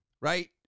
right